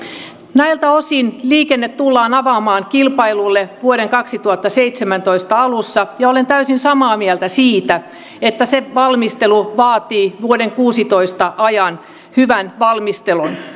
näiltä osin liikenne tullaan avaamaan kilpailulle vuoden kaksituhattaseitsemäntoista alussa ja olen täysin samaa mieltä siitä että se valmistelu vaatii vuoden kuusitoista ajan hyvän valmistelun